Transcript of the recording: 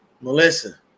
Melissa